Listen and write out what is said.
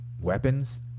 weapons